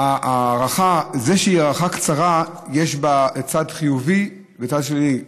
בזה שההארכה היא קצרה יש צד חיובי וצד שלילי,